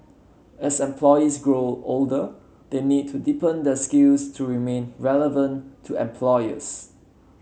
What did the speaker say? as employees grow older they need to deepen their skills to remain relevant to employers